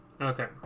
Okay